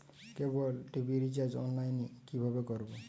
কেবল TV recharge online এ কিভাবে করব?